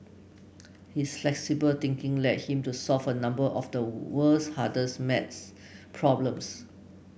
his flexible thinking led him to solve a number of the world's hardest maths problems